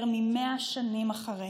יותר מ-100 שנים אחרי